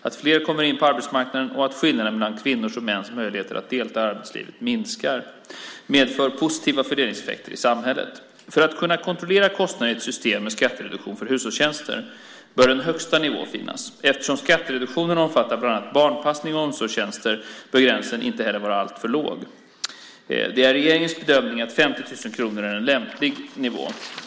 Att fler kommer in på arbetsmarknaden och att skillnaden mellan kvinnors och mäns möjligheter att delta i arbetslivet minskar medför positiva fördelningseffekter i samhället. För att kunna kontrollera kostnaderna i ett system med skattereduktion för hushållstjänster bör en högsta nivå finnas. Eftersom skattereduktionen omfattar bland annat barnpassning och omsorgstjänster bör gränsen inte heller vara för låg. Det är regeringens bedömning att 50 000 kronor är en lämplig högsta nivå.